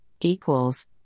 equals